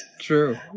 True